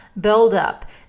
buildup